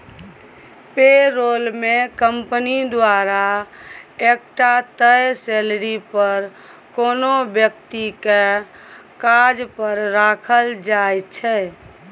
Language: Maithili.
पे रोल मे कंपनी द्वारा एकटा तय सेलरी पर कोनो बेकती केँ काज पर राखल जाइ छै